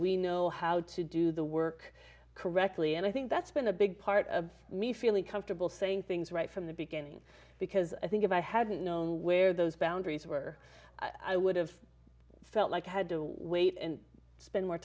we know how to do the work correctly and i think that's been a big part of me feeling comfortable saying things right from the beginning because i think if i hadn't known where those boundaries were i would have felt like i had to wait and spend more